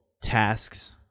tasks